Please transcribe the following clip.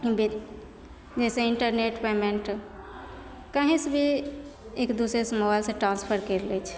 हँ बित्त जैसे इन्टरनेट पेमेन्ट कहींँसे भी एकदूसरेसे मोबाइलसे ट्रांसफर करि लै छै